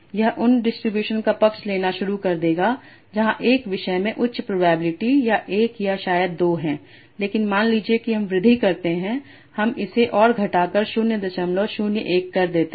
यह उन डिस्ट्रीब्यूशन का पक्ष लेना शुरू कर देगा जहां एक विषय में उच्च प्रोबेबिलिटी या 1 या शायद 2 है लेकिन मान लीजिए कि हम वृद्धि करते हैं हम इसे और घटाकर 001 कर देते हैं